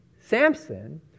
Samson